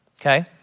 okay